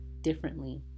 differently